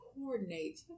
coordinate